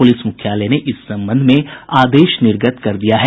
police मुख्यालय ने इस संबंध में आदेश निर्गत कर दिया है